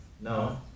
No